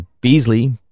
Beasley